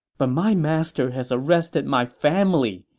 but my master has arrested my family,